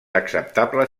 acceptable